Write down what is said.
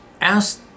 ask